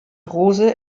rose